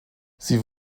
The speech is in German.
sie